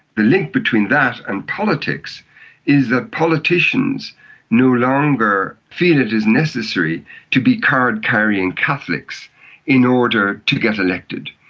the link between that and politics is that politicians no longer feel it is necessary to be card-carrying catholics in order to get elected.